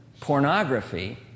pornography